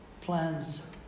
Plans